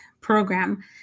program